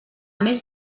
més